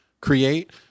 create